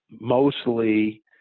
mostly